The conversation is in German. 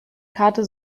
karte